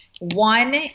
One